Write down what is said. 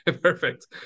perfect